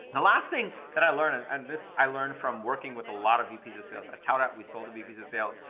the last thing that i learned and this, i learned from working with a lot of vps sales, at ah toutapp we sold to vps of sales.